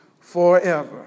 forever